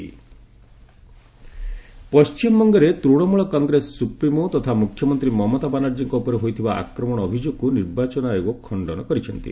EC Mamata ପଣ୍ଟିମବଙ୍ଗରେ Trinamool Congress supremo ତଥା ମୁଖ୍ୟମନ୍ତ୍ରୀ ମମତା ବାନାର୍ଜୀଙ୍କ ଉପରେ ହୋଇଥିବା ଆକ୍ରମଣ ଅଭିଯୋଗକୁ ନିର୍ବାଚନ ଆୟୋଗ ଖଣ୍ଡନ କରିଛନ୍ତି